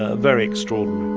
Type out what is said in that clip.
ah very extraordinary